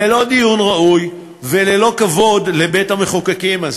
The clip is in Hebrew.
ללא דיון ראוי וללא כבוד לבית-המחוקקים הזה.